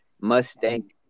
Mustang